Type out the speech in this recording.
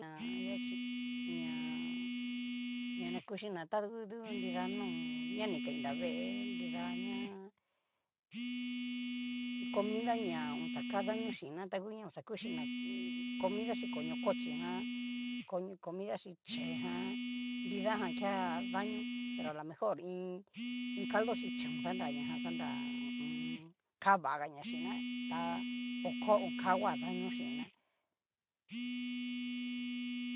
Ña anria achí ña ñanakuchina ta ngu du nrida nó na ni kain nrave'e nrida ñá, comida ña axa ka daño chin na ta ngu ña oxa kuxhina, comida xhi koño cochí jan comi comida xhí chee jan, nridajan kea daño, pero alomejor iin iin caldo xhi chón xanra ñajan xanrá ho o on. kavagaña xhinna, tá oko ho kava daño chin'na.